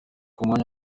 umwanya